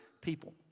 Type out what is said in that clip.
people